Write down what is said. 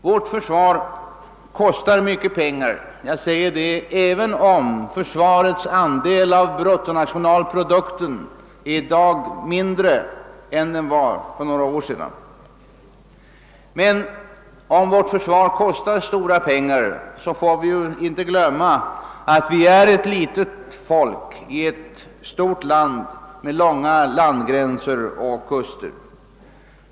Vårt försvar kostar mycket pengar, även om dess andel av bruttonationalprodukten i dag är mindre än för några år sedan. Men om det kostar stora pengar, får vi inte glömma att vi är ett litet folk i ett stort land med långa landgränser och kuster.